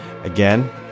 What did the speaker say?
Again